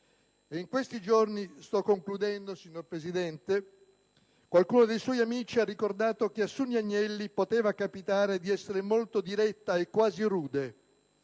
In questi giorni - e mi avvio alla conclusione, signor Presidente - qualcuno dei suoi amici ha ricordato che a Suni Agnelli poteva capitare di essere molto diretta, quasi rude.